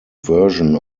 version